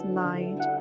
light